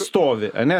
stovi ane